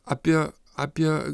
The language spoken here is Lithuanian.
apie apie